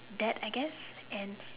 that I guess and